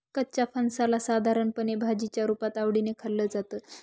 कच्च्या फणसाला साधारणपणे भाजीच्या रुपात आवडीने खाल्लं जातं